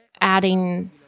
adding